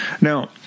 Now